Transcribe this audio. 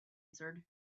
answered